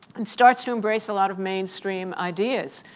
and starts to embrace a lot of mainstream ideas.